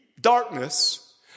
darkness